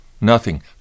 Nothing